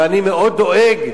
ואני מאוד דואג,